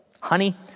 honey